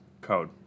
code